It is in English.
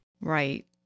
right